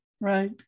right